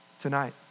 Tonight